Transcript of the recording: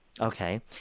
Okay